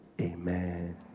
Amen